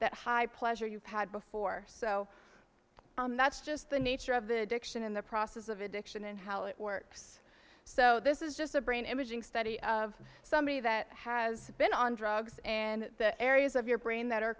that high pleasure you've had before so that's just the nature of the addiction and the process of addiction and how it works so this is just a brain imaging study of somebody that has been on drugs and the areas of your brain that are